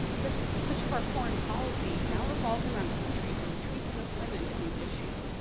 because much of our foreign policy now revolves around countries where the treatment of women is an issue,